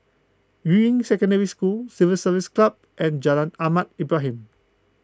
Yuying Secondary School Civil Service Club and Jalan Ahmad Ibrahim